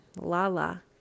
Lala